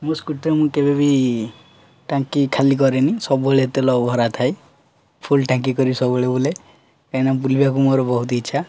ମୋ ସ୍କୁଟିରେ ମୁଁ କେବେବି ଟାଙ୍କି ଖାଲି କରେନି ସବୁବେଳେ ତେଲ ଭରା ଥାଏ ଫୁଲ୍ ଟାଙ୍କି କରି ସବୁବେଳେ ବୁଲେ କାହିଁକିନା ବୁଲିବାକୁ ମୋର ବହୁତ ଇଚ୍ଛା